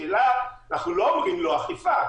השאלה היא: אנחנו לא אומרים "לא אכיפה".